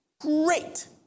Great